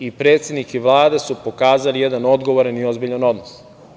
I predsednik i Vlada su pokazali jedan odgovoran i ozbiljan odnos.